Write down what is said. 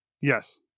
Yes